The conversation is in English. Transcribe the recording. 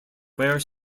where